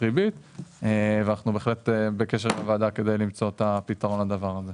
ריבית ואנחנו בהחלט בקשר עם הוועדה כדי למצוא את הפתרון לדבר הזה.